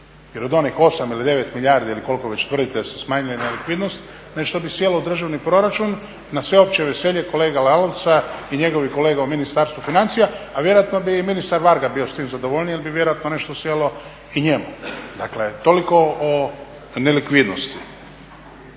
Jer od onih 8 ili 9 milijardi ili koliko već tvrdite da se smanjuje nelikvidnost nešto bi sjelo u državni proračuna na sveopće veselje kolega Lalovca i njegovih kolega u Ministarstvu financija, a vjerojatno bi i ministar Varga bio s tim zadovoljniji, jer bi vjerojatno nešto sjelo i njemu. Dakle, toliko o nelikvidnosti.